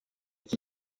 icyi